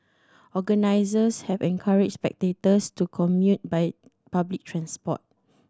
organisers have encouraged spectators to commute by public transport